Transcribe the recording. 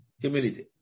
Humility